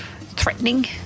threatening